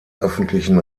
öffentlichen